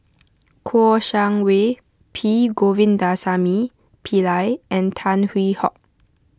Kouo Shang Wei P Govindasamy Pillai and Tan Hwee Hock